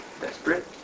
Desperate